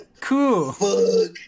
Cool